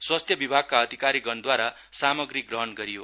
स्वास्थ्य विभागका अधिकारीगणद्वारा सामाग्री ग्रहण गरियो